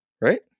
right